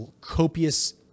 copious